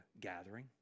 gathering